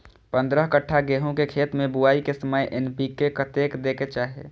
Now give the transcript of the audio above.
पंद्रह कट्ठा गेहूं के खेत मे बुआई के समय एन.पी.के कतेक दे के छे?